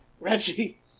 Reggie